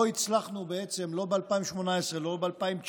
ולא הצלחנו בעצם, לא ב-2018, לא ב-2019,